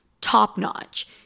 top-notch